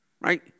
Right